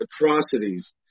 atrocities